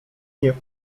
nie